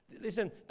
Listen